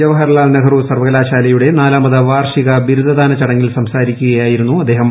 ജവഹർലാൽ നെഹ്റു സർവകലാശാലയുടെ നാലാമത് വാർഷിക ബിരുദദാന ചടങ്ങിൽ സംസാരിക്കുകയായിരുന്നു അദ്ദേഹം